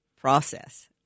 process